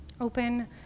open